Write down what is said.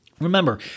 Remember